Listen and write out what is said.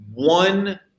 One